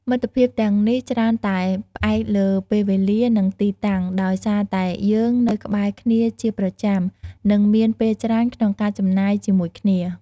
មិត្តភាពទាំងនេះច្រើនតែ ផ្អែកលើពេលវេលា និងទីតាំង ដោយសារតែយើងនៅក្បែរគ្នាជាប្រចាំ និងមានពេលច្រើនក្នុងការចំណាយជាមួយគ្នា។